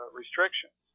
restrictions